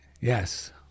Yes